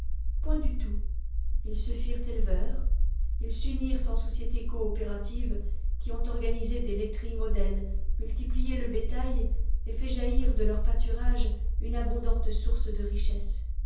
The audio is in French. point du tout ils se firent éleveurs ils s'unirent en sociétés coopératives qui ont organisé des laiteries modèles multiplié le bétail et fait jaillir de leurs pâturages une abondante source de richesse